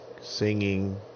singing